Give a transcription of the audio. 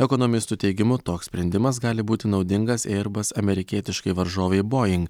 ekonomistų teigimu toks sprendimas gali būti naudingas eirbas amerikietiškai varžovei boing